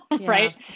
right